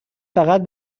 فقط